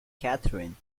catherine